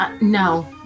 no